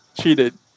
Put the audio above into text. cheated